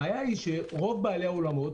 הבעיה היא שרוב בעלי האולמות,